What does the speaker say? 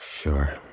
Sure